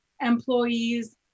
employees